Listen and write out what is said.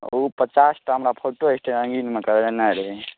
ओ पचास टा हमरा फोटो स्टेट रङ्गीनमे करबेनाइ रहै